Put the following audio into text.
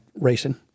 racing